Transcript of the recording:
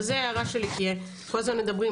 אבל זאת הערה שלי, כי כל הזמן מדברים.